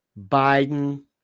Biden